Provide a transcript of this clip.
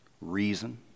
Reason